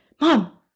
mom